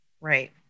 Right